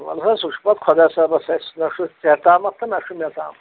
وَلہٕ حظ سُہ چھُ پَتہٕ خۄدا صٲبَس اَتھِ نہَ چھُ ژےٚ تامَتھ تہٕ نہَ چھُ مےٚ تامَتھ